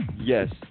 yes